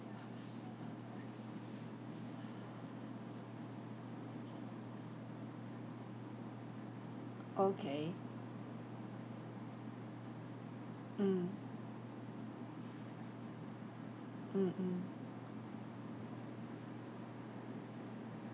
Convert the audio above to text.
okay mm mm mm